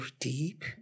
deep